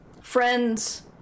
friends